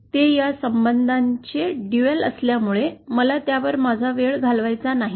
ते या संबंधांचे ड्युल असल्यामुळे मला त्यावर माझा वेळ घालवायचा नाहीये